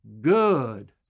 good